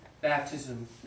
baptism